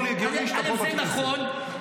תקשיב,